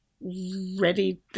ready